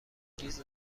انگیز